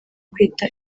kwita